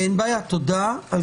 תודה.